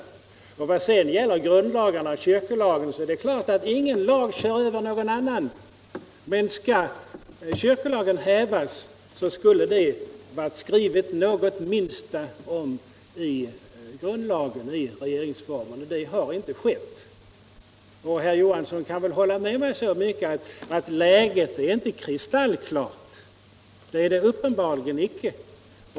Förhållandet Vad sedan gäller grundlagarna och kyrkolagen så är det klart att ingen = mellan stat och lag kör över någon annan, men skall kyrkolagen hävas så skulle det — kyrka m.m. ha skrivits något om det i regeringsformen, och det har inte skett. Herr Johansson kan väl hålla med mig så långt att läget inte är kristallklart. Det är det uppenbarligen icke.